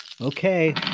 Okay